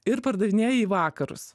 ir pardavinėja į vakarus